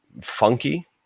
funky